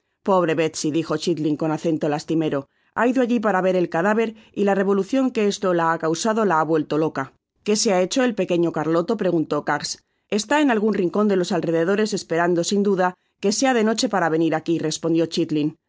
pobre betsy dijo chitling con acento lastimero ha ido alli para ver el cadáver y la revolucion que esto la ha causado la ha vuelto loca qué se ha hecho el pequeño carioto preguntó kags está en algun rincon de estos alrededores esperando sin du da que sea de noche para venir aqui respondió chilling